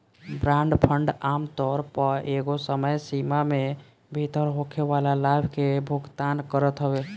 bond fund आमतौर पअ एगो समय सीमा में भीतर होखेवाला लाभ के भुगतान करत हवे